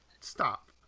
stop